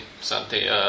Santi